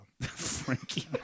Frankie